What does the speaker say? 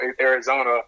Arizona